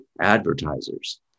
advertisers